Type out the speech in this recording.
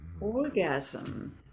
Orgasm